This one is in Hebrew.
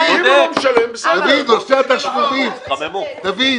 מה זה הדבר הזה?